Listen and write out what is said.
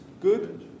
good